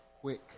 Quick